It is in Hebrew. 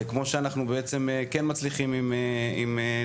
כמו שאנחנו בעצם כן מצליחים עם תמי,